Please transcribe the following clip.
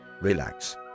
relax